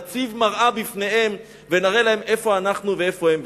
נציב מראה בפניהם ונראה להם איפה אנחנו ואיפה הם.